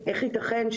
איך ייתכן,